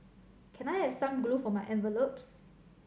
can I have some glue for my envelopes